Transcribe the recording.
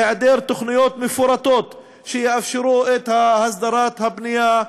בהיעדר תוכניות מפורטות שיאפשרו את הסדרת הבנייה,